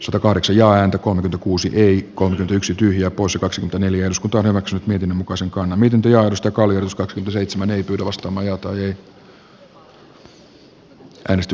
satakahdeksan jaa ääntä kun kuusi viikkoa yksi tyhjä poissa kaksi neljä osku torrokset miten muka sen konamituntijaosta kaljus kotka seitsemän ei jälkeen rakennepoliittisesta riihestä